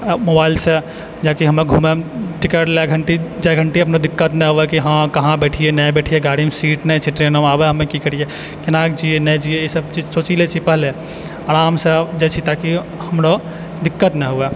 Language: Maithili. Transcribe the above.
मोबाइलसँ ताकि हमरा घुमैमे टिकट लए घन्टी चारि घन्टी दिक्कत नहि हुअए कि हँ कहाँ बैठिए नहि बैठिए गाड़ीमे सीट नहि छै ट्रेनमे आब की करिए कोना कऽ जाइए नहि जाइए ई सब चीज सोचि लै छिए पहिले आरामसँ जाइ छी ताकि हमरो दिक्कत नहि हुअए